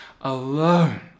Alone